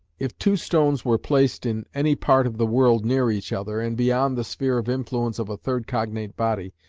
if two stones were placed in any part of the world near each other, and beyond the sphere of influence of a third cognate body,